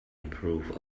improve